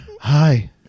hi